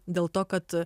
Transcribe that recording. dėl to kad